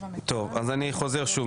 טוב אז אני חוזר שוב,